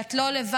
ואת לא לבד.